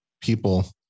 people